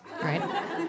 right